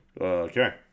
Okay